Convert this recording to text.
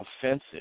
offensive